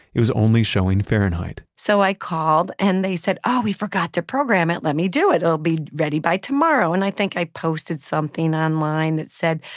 it was only showing fahrenheit so i called and they said, oh, we forgot to program it. let me do it. it'll be ready by tomorrow. and i think i posted something online that said,